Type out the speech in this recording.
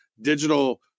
digital